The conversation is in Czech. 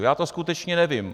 Já to skutečně nevím.